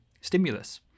stimulus